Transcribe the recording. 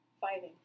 fighting